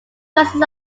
consists